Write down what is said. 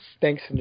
Thanks